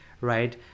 right